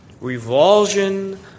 revulsion